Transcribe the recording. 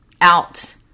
out